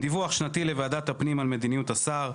בדיווח שנתי לוועדת הפנים על מדיניות השר,